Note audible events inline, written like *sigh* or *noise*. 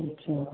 *unintelligible*